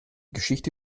geschichte